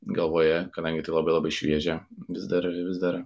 galvoje kadangi tai labai labai šviežia vis dar vis dar